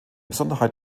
besonderheit